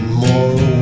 more